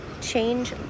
change